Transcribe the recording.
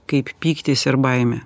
kaip pyktis ir baimė